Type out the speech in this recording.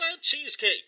Cheesecake